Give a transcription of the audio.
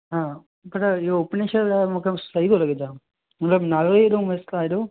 हा मूंखे त इहो उपनेश्वर लाइ मूंखे सही पियो लॻे जाम मतिलबु नालो ई हेॾो मस्तु आहे हेॾो